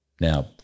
now –